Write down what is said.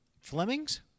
Fleming's